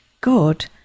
God